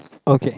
okay